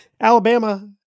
Alabama